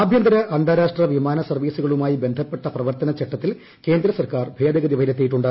ആഭ്യന്തര അന്താരാഷ്ട്ര വിമാന സർവീസുകളുമായി ബന്ധപ്പെട്ട പ്രവർത്തന ചട്ടത്തിൽ് കേന്ദ്രസർക്കാർ ഭേദഗതി വരുത്തിയിട്ടുണ്ട്